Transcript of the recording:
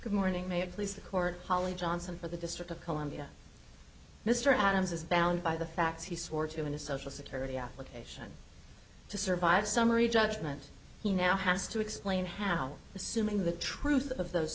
good morning may it please the court holly johnson for the district of columbia mr adams is bound by the facts he swore to in his social security application to survive summary judgment he now has to explain how assuming the truth of those